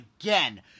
again